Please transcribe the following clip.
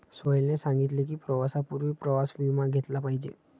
सोहेलने सांगितले की, प्रवासापूर्वी प्रवास विमा घेतला पाहिजे